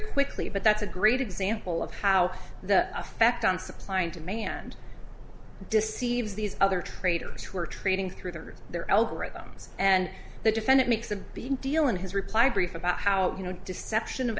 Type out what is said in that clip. quickly but that's a great example of how the effect on supply and demand deceives these other traders who are trading through their their algorithms and the defendant makes a big deal in his reply brief about how you know deception of